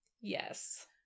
yes